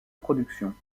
productions